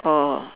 orh